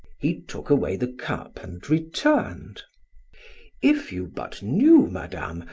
he took away the cup and returned if you, but knew, madame,